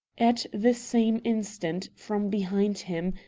at the same instant from behind him,